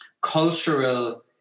cultural